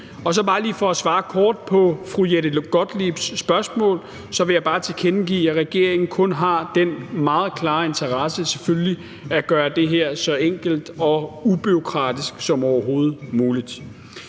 Og så bare lige for at svare kort på fru Jette Gottliebs spørgsmål, vil jeg tilkendegive, at regeringen kun har den meget klare interesse, selvfølgelig, at gøre det her så enkelt og ubureaukratisk som overhovedet muligt.